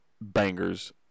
bangers